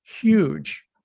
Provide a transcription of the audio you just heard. huge